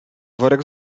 worek